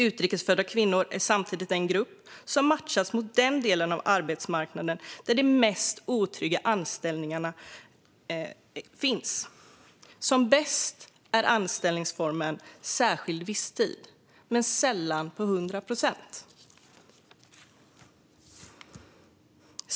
Utrikes födda kvinnor är samtidigt den grupp som matchas mot den del av arbetsmarknaden där de mest otrygga anställningarna finns. Som bäst är anställningsformen särskild visstid, men sällan på 100 procent.